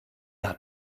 hat